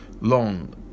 Long